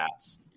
stats